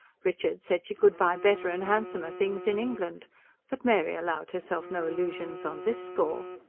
richard said she could buy better and handsomer things in england but mary allowed herself no illusions on this score.